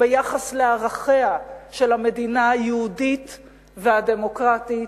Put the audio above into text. ביחס לערכיה של המדינה היהודית והדמוקרטית,